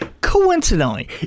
coincidentally